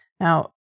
Now